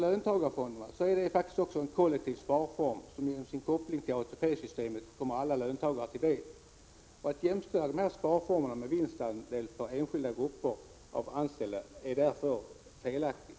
Löntagarfonderna är faktiskt också en kollektiv sparform, som genom sin koppling till ATP-systemet kommer alla löntagare till del. Att jämställa dessa sparformer med vinstandel för enskilda grupper av anställda är därför felaktigt.